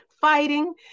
Fighting